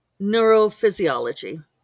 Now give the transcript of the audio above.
neurophysiology